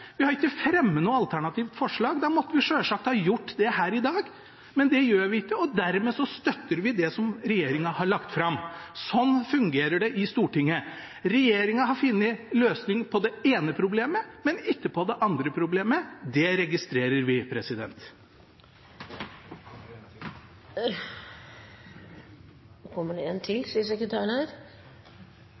vi har ikke fremmet noe alternativt forslag – da måtte vi selvsagt ha gjort det her i dag. Men det gjør vi ikke, og dermed støtter vi det som regjeringen har lagt fram. Sånn fungerer det i Stortinget. Regjeringen har funnet løsning på det ene problemet, men ikke på det andre. Det registrerer vi. Jeg skal være kort, men når det blir påstått ting som ikke er riktig, er jeg nødt til